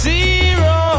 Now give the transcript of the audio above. Zero